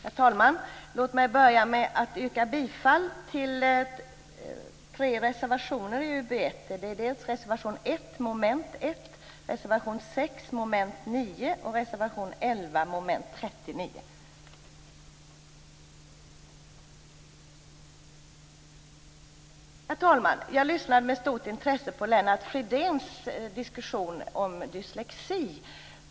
Herr talman! Låt mig börja med att yrka bifall till tre reservationer i UbU1. Det är reservation 1 under mom. 1, reservation 6 under mom. 9 och reservation Herr talman! Jag lyssnade med stort intresse på Lennart Fridéns diskussion om dyslexi.